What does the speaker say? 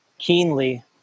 keenly